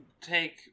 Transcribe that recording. take